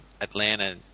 Atlanta